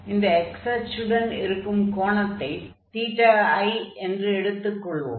ஆகையால் இந்த x அச்சுடன் இருக்கும் கோணத்தை i என்று எடுத்துக் கொள்வோம்